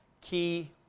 key